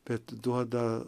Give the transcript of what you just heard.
bet duoda